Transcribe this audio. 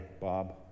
Bob